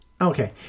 okay